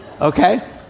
Okay